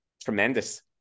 tremendous